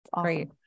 Great